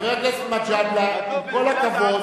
חבר הכנסת מג'אדלה, עם כל הכבוד.